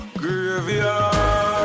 graveyard